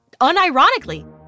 unironically